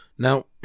Now